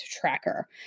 tracker